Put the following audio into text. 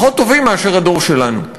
פחות טובים מאשר של הדור שלנו.